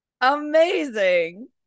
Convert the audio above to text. Amazing